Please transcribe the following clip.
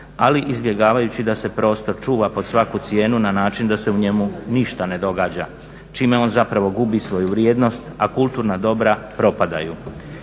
ali izbjegavajući da se prostor čuva pod svaku cijenu na način da se u njemu ništa ne događa čime on zapravo gubi svoju vrijednost, a kulturna dobra propadaju.